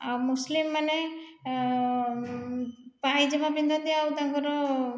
ଆଉ ମୁସଲିମମାନେ ପାଇଜାମା ପିନ୍ଧନ୍ତି ଆଉ ତାଙ୍କର